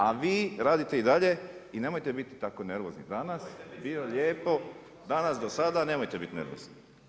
A vi radite i dalje i nemojte biti tako nervozni danas, bilo lijepo danas, do sada, nemojte biti nervozni.